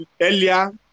earlier